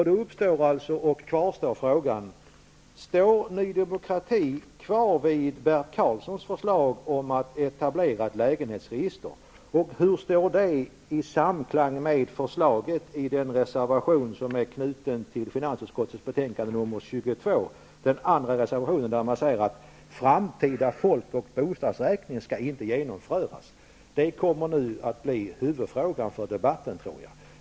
Då uppstår och kvarstår frågan: Står Ny demokrati fast vid Bert Karlssons förslag om att etablera ett lägenhetsregister, och hur står det i samklang med förslaget i reservation nr 2 som är knuten till finansutskottets betänkande 22? Där sägs att framtida folk och bostadsräkning inte skall genomföras. Detta kommer nu att bli huvudfrågan för debatten.